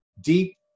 deep